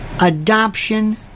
adoption